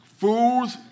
Fools